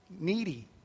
Needy